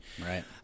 Right